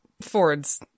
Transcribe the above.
Ford's